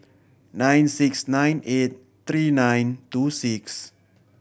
nine six nine eight three nine two six